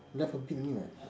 left a bit only [what]